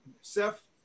Seth